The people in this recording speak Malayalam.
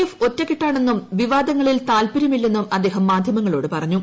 എഫ് ഒറ്റക്കെട്ടാണെന്നും വിവാദങ്ങളിൽ താൽപ്പര്യമില്ലെന്നും അദ്ദേഹം മാധ്യമങ്ങളോട് പറഞ്ഞു